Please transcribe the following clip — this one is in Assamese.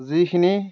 যিখিনি